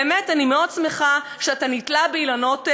באמת אני מאוד שמחה שאתה נתלה באילנות גבוהים.